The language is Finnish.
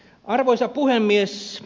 arvoisa puhemies